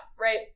right